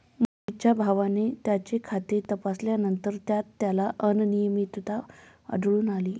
मोहितच्या भावाने त्याचे खाते तपासल्यानंतर त्यात त्याला अनियमितता आढळून आली